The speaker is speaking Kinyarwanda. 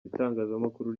itangazamakuru